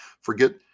Forget